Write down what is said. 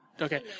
Okay